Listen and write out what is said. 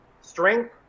Strength